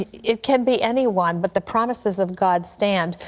it can be anyone, but the promises of god stand.